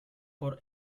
por